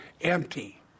empty